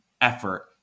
effort